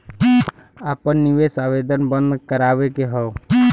आपन निवेश आवेदन बन्द करावे के हौ?